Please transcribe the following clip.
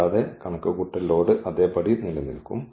കൂടാതെ കണക്കുകൂട്ടൽ ലോഡ് അതേപടി നിലനിൽക്കും